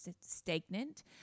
stagnant